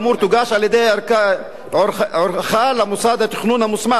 תוגש על-ידי עורכה למוסד התכנון המוסמך לאשרה,